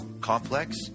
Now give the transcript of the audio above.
Complex